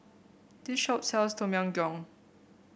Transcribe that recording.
this shop sells Tom Yam Goong